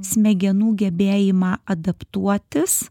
smegenų gebėjimą adaptuotis